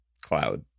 cloud